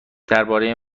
درباره